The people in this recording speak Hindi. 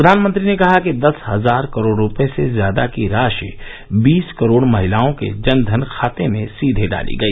प्रधानमंत्री ने कहा कि दस हजार करोड़ रूपर्ये से ज्यादा की राशि बीस करोड़ महिलाओं के जन धन खाते में सीधे डाली गई